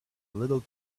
little